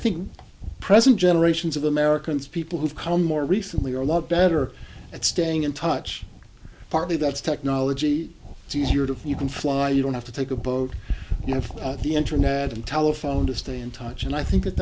think present generations of americans people who've come more recently are a lot better at staying in touch partly that's technology it's easier to you can fly you don't have to take a boat you have the internet and telephone to stay in touch and i think